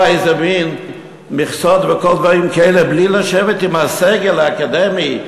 איזה מין מכסות ודברים כאלה בלי לשבת עם הסגל האקדמי,